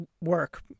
work